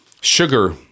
sugar